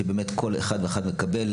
שבאמת כל אחת ואחד מקבל.